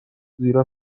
زیرا